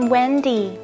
Wendy